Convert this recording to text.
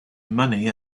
money